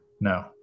No